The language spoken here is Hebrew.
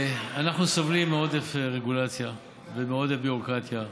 אנחנו סובלים מעודף רגולציה ומעודף ביורוקרטיה,